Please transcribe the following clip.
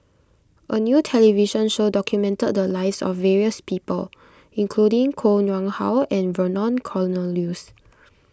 a new television show documented the lives of various people including Koh Nguang How and Vernon Cornelius